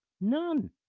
None